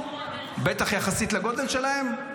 בטח יחסית לגודל שלהם?